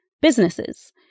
businesses